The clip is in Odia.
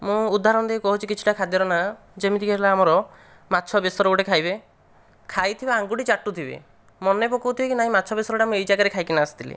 ମୁଁ ଉଦାହରଣ ଦେଇକି କହୁଛି କିଛିଟା ଖାଦ୍ୟର ନାଆ ଯେମିତିକି ହେଲା ଆମର ମାଛ ବେସର ଗୋଟେ ଖାଇବେ ଖାଇଥିବା ଆଙ୍ଗୁଠି ଚାଟୁଥିବେ ମନେ ପକାଉଥିବେ କି ନାହିଁ ମାଛ ବେସରଟା ମୁଁ ଏହି ଜାଗାରେ ଖାଇକିନା ଆସିଥିଲି